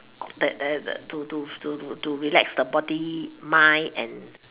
that that to to to to to relax the body mind and